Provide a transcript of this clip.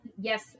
yes